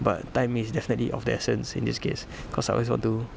but time is definitely of the essence in this case cause I always want to